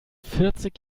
vierzig